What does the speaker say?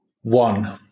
One